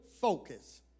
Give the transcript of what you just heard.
focus